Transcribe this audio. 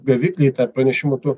gaviklį tą pranešimų tu